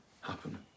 happen